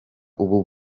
ubu